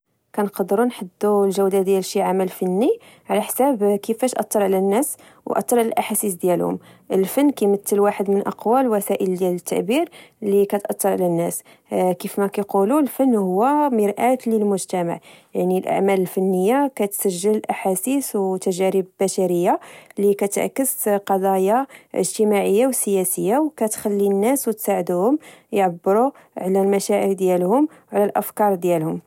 : كنقدرو نحدو لجودة ديال شعمل فني على حساب كفاش أتر على الناس وأتر على الأحاسيس ديالهم الفن كيمثل واحد من أقوى وسائل التعبير اللي كتأثر على الناس. كيفما كيقولوا، "الفن هو مرآة للمجتمع"، يعني أن الأعمال الفنية ، كتسجل أحاسيس وتجارب بشرية، لكتعكس قضايا اجتماعية وسياسية، وكتخلي الناس وتساعدهم يعبروا على المشاعر ديالهم وعلى الأفكار ديالهم